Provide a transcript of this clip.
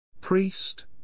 Priest